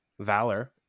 Valor